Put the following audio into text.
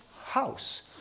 house